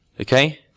Okay